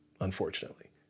unfortunately